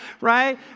right